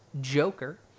Joker